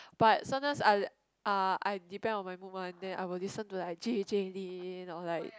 but sometimes I uh I depend on my mood one then I will listen like J J Lin or like